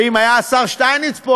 ואם היה השר שטייניץ פה,